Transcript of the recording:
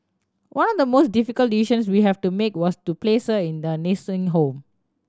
one of the most difficult decisions we had to make was to place her in a nursing home